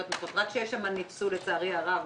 רוצה להיות בשילוב ארוך-טווח.